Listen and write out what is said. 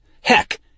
heck